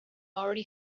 already